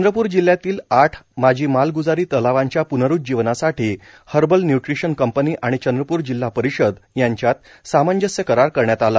चंद्रपूर जिल्ह्यातील आठ माजी मालग्जारी तलावांच्या प्नरुज्जीवनासाठी हर्बल न्य्ट्रिशन कंपनी आणि चंद्रपूर जिल्हा परिषद यांच्यात सामंजस्य करार करण्यात आला